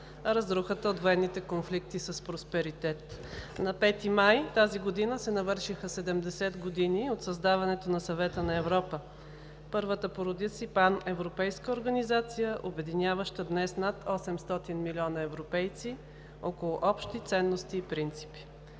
разрухата от военните конфликти – с просперитет. На 5 май тази година се навършиха 70 години от създаването на Съвета на Европа, първата по рода си паневропейска организация, обединяваща днес над 800 милиона европейци около общи ценности и принципи.